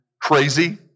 crazy